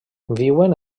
viuen